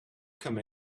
come